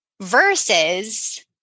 versus